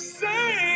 say